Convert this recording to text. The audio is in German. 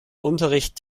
unterricht